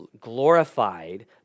glorified